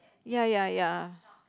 ya ya ya